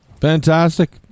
fantastic